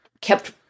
kept